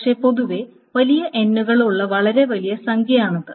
പക്ഷേ പൊതുവേ വലിയ n കളുള്ള വളരെ വലിയ സംഖ്യയാണിത്